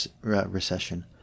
recession